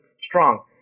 strong